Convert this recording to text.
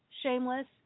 Shameless